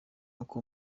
uko